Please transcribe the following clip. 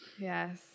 Yes